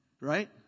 right